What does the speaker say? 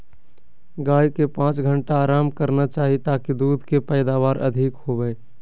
गाय के पांच घंटा आराम करना चाही ताकि दूध के पैदावार अधिक होबय